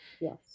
yes